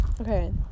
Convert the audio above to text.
Okay